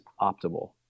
optimal